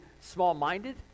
small-minded